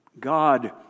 God